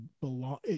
belong